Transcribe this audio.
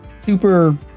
super